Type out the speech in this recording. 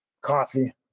coffee